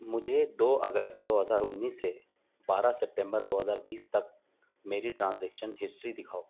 مجھے دو اگست دو ہزار انیس سے بارہ سپٹیمبر دو ہزار بیس تک میری ٹرانزیکشن ہسٹری دکھاؤ